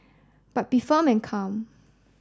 but be firm and calm